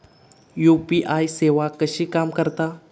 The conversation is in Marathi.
यू.पी.आय सेवा कशी काम करता?